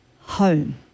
home